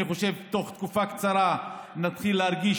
אני חושב שתוך תקופה קצרה נתחיל להרגיש